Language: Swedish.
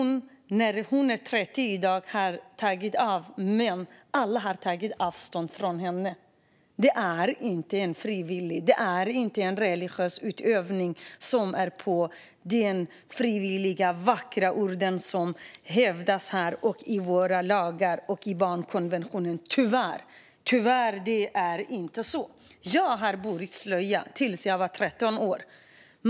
Nu när hon är 30 år har hon tagit av sig slöjan, men alla har tagit avstånd från henne. Detta är inte en frivillighet, och det är inte ett religiöst utövande. Det handlar inte om något frivilligt, som det hävdas i de vackra orden här, i våra lagar och i barnkonventionen - tyvärr. Jag har burit slöja. Jag gjorde det till dess att jag var 13 år.